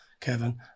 Kevin